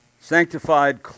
Sanctified